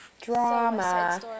drama